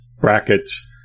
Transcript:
brackets